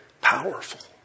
powerful